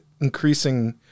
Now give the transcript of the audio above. increasing